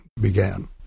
began